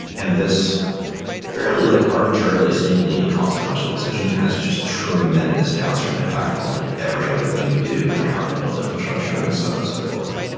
and this fairly like arbitrarily seemingly inconsequential decision has just tremendous downstream impact on like every other thing you do and how you build infrastructure and so on and so forth.